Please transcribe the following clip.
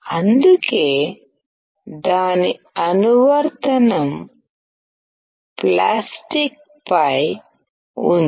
అందుకే దాని అనువర్తనం ప్లాస్టిక్పై ఉంది